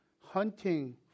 hunting